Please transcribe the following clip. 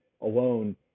alone